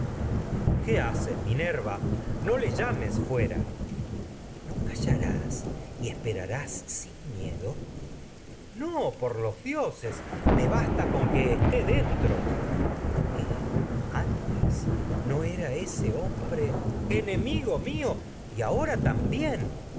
qué haces minerva no y le llames fuera minerva no callarás esperarás sin miedo tragedias de sófocles ulises no por dentro los dioses me basta con que esté minerva por qué ulises antes no era ese hombre enemigo mío y ahora